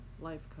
life